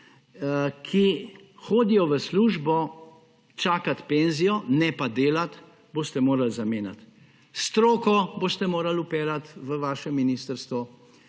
ki hodijo v službo čakat penzijo ne pa delat, boste morali zamenjati. Stroko boste morali vpeljati v vaše ministrstvo,